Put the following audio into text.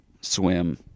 swim